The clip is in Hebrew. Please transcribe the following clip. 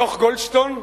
דוח-גולדסטון,